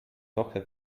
woche